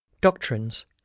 Doctrines